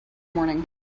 morning